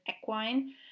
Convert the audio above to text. Equine